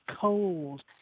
cold